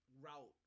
route